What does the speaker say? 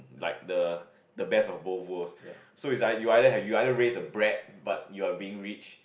like the the best of both worlds so is like you either you either raise a brat but you are being rich